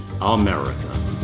America